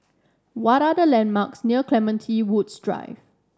what are the landmarks near Clementi Woods Drive